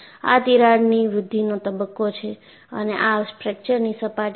આ તિરાડની વૃદ્ધિનો તબક્કો છે અને આ ફ્રેક્ચરની સપાટી છે